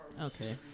okay